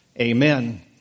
Amen